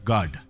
God